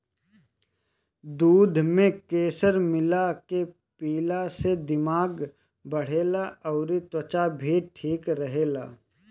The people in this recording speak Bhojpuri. दूध में केसर मिला के पियला से दिमाग बढ़ेला अउरी त्वचा भी ठीक रहेला